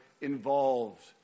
involved